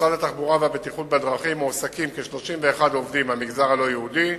במשרד התחבורה והבטיחות בדרכים מועסקים כ-31 עובדים מהמגזר הלא-יהודי,